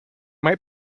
might